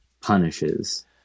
punishes